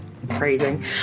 praising